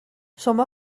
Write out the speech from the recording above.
شما